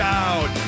out